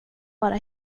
vara